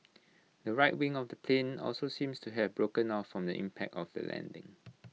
the right wing of the plane also seems to have broken off from the impact of the landing